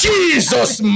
Jesus